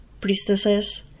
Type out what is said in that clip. priestesses